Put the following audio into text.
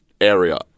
area